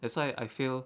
that's why I feel